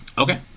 Okay